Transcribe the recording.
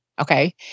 okay